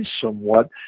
somewhat